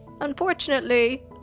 Unfortunately